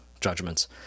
judgments